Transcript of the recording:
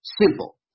simple